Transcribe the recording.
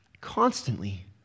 constantly